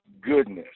goodness